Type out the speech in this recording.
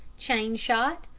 chain-shot,